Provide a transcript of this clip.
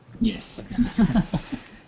yes